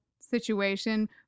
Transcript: situation